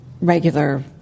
regular